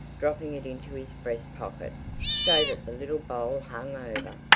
dropping it into his breast-pocket so that the little bowl hung over.